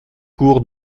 cour